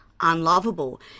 unlovable